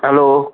hello